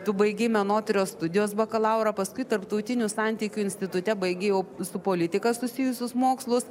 tu baigei menotyros studijos bakalauro paskui tarptautinių santykių institute baigiai jau su politika susijusius mokslus